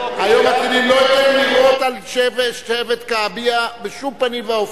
לא אתן לירות על שבט כעביה בשום פנים ואופן.